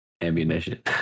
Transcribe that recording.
ammunition